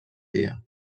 dia